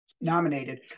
nominated